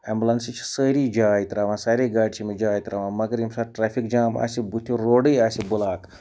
اٮ۪مبُلٮ۪نسہِ چھِ سٲری جاے ترٛاوان سارے گاڑِ چھِ أمِس جاے ترٛاوان مگر ییٚمہِ ساتہٕ ٹرٛیفِک جام آسہِ بٔتھِ روڈٕے آسہِ بٕلاک